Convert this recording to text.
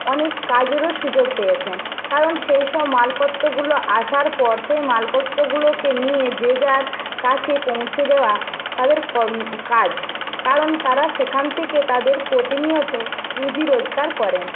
অনেক কাজেরও সুযোগ পেয়েছেন কারণ সেই সব মালপত্রগুলো আসার পর সেই মালপত্রগুলোকে নিয়ে যে যার কাছে পৌঁছে দেওয়া তাদের কাজ কারণ তারা সেখান থেকে তাদের প্রতিনিয়ত রুজি রোজগার করেন